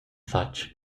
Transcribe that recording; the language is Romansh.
fatg